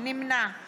נמנע